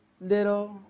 little